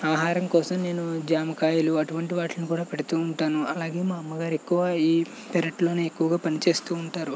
ఆహారం కోసం నేను జామకాయలు అటువంటి వాటిల్ని కూడా పెడుతూ ఉంటాను అలాగే మా అమ్మ గారు ఎక్కువ ఈ పెరటీలోనే ఎక్కువ పని చేస్తూ ఉంటారు